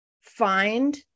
find